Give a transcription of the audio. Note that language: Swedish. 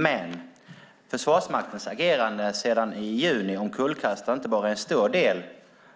Men Försvarsmaktens agerande sedan i juni omkullkastar inte bara en stor del